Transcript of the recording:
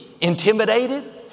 intimidated